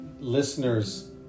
listeners